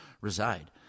reside